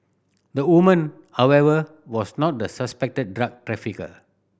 the woman however was not the suspected drug trafficker